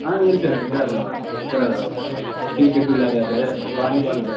ஆ இருக்கு இருக்கறாருமா இருக்குறார் அவர் கிரிக்கெட்டு விளையாட்றார் வாலிபாலு